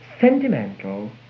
sentimental